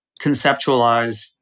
conceptualize